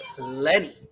Lenny